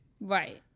right